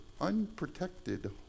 unprotected